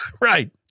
Right